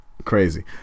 Crazy